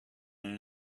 and